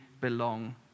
belong